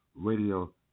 Radio